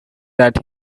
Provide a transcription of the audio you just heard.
that